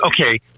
Okay